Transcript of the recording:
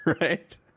Right